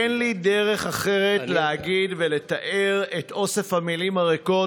אין לי דרך אחרת להגיד ולתאר את אוסף המילים הריקות